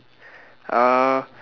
uh